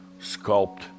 sculpt